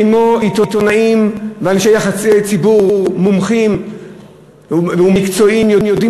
כמו שעיתונאים ואנשי יחסי-ציבור מומחים מקצועיים יודעים